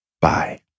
bye